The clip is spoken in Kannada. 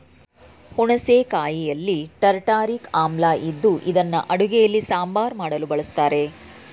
ಹುಣಸೆ ಕಾಯಿಯಲ್ಲಿ ಟಾರ್ಟಾರಿಕ್ ಆಮ್ಲ ಇದ್ದು ಇದನ್ನು ಅಡುಗೆಯಲ್ಲಿ ಸಾಂಬಾರ್ ಮಾಡಲು ಬಳಸ್ತರೆ